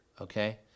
okay